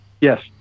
Yes